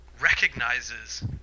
recognizes